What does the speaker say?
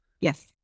yes